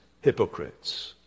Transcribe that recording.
hypocrites